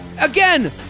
Again